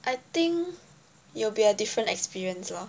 I think it will be a different experience lor